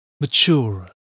mature